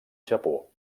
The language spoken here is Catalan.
japó